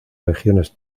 regiones